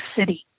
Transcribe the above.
city